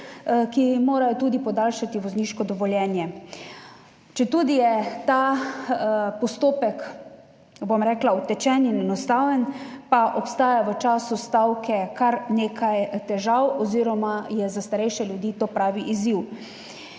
ki morajo tudi podaljšati vozniško dovoljenje. Četudi je ta postopek, bom rekla, utečen in enostaven, pa obstaja v času stavke kar nekaj težav oziroma je za starejše ljudi to pravi izziv.